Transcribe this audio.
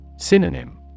Synonym